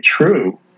true